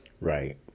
Right